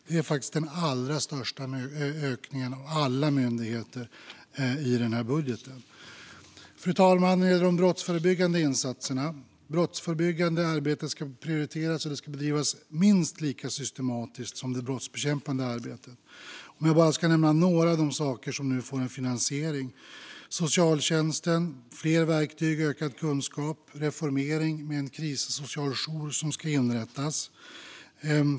Det är faktiskt den allra största ökningen för någon myndighet i den här budgeten. Fru talman! När det gäller de brottsförebyggande insatserna ska det arbetet prioriteras och bedrivas minst lika systematiskt som det brottsbekämpande arbetet. Jag ska bara nämna några av de saker som nu får finansiering: Socialtjänsten får fler verktyg och ökad kunskap och reformeras med inrättandet av en krissocialjour.